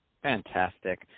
Fantastic